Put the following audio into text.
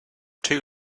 too